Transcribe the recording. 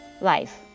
life